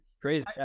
Crazy